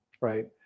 right